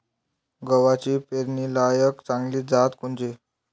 गव्हाची पेरनीलायक चांगली जात कोनची?